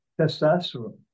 testosterone